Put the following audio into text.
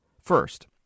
First